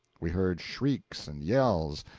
we heard shrieks and yells,